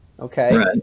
Okay